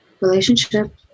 relationship